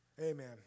Amen